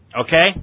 Okay